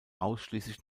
ausschließlich